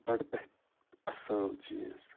بڈٕ بہ اصٕل چیٖز